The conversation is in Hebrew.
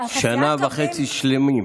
שנה וחצי שלמות,